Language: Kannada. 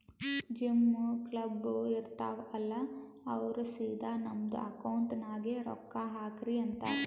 ಜಿಮ್, ಕ್ಲಬ್, ಇರ್ತಾವ್ ಅಲ್ಲಾ ಅವ್ರ ಸಿದಾ ನಮ್ದು ಅಕೌಂಟ್ ನಾಗೆ ರೊಕ್ಕಾ ಹಾಕ್ರಿ ಅಂತಾರ್